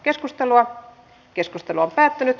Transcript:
keskustelua ei syntynyt